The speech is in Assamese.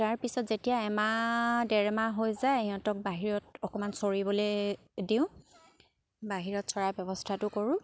তাৰপিছত যেতিয়া এমাহ ডেৰমাহ হৈ যায় সিহঁতক বাহিৰত অকমান চৰিবলে দিওঁ বাহিৰত চৰাৰ ব্যৱস্থাটো কৰোঁ